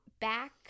back